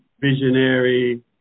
visionary